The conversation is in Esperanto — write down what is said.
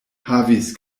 havis